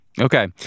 Okay